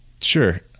Sure